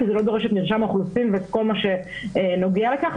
כי זה לא דורש את מרשם האוכלוסין ואת כל מה שנוגע לכך,